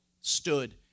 stood